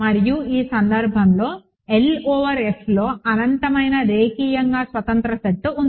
మరియు ఈ సందర్భంలో L ఓవర్ Fలో అనంతమైన రేఖీయంగా స్వతంత్ర సెట్ ఉంది